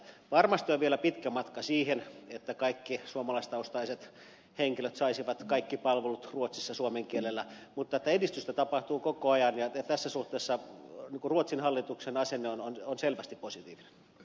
varmasti on vielä pitkä matka siihen että kaikki suomalaistaustaiset henkilöt saisivat kaikki palvelut ruotsissa suomen kielellä mutta edistystä tapahtuu koko ajan ja tässä suhteessa ruotsin hallituksen asenne on selvästi positiivinen